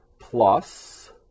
plus